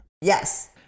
Yes